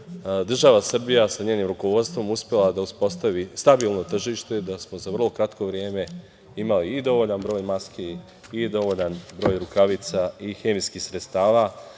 država Srbija sa njenim rukovodstvom uspela da uspostavi stabilno tržište, da smo za vrlo kratko vreme imali i dovoljan broj maski i dovoljan broj rukavica i hemijskih sredstava,